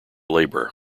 labour